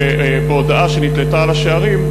וההודעה נתלתה על השערים,